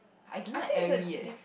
I don't like Airy eh